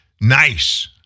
nice